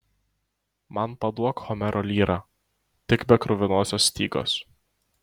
man paduok homero lyrą tik be kruvinosios stygos